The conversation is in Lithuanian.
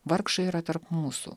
vargšai yra tarp mūsų